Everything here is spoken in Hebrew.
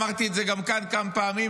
אמרתי את זה גם כאן כמה פעמים,